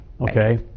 Okay